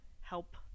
help